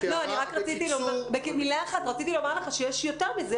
רציתי לומר יותר מזה.